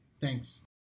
Thanks